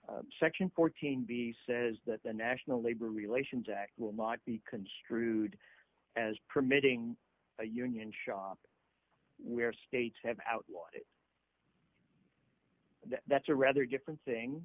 states section fourteen b says that the national labor relations act will not be construed as permitting a union shop where states have outlawed it and that's a rather different thing